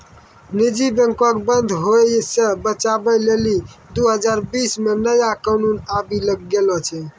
निजी बैंको के बंद होय से बचाबै लेली दु हजार बीस मे नया कानून आबि गेलो छै